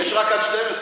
יש רק עד 24:00,